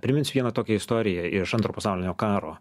priminsiu vieną tokią istoriją iš antro pasaulinio karo